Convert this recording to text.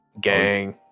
Gang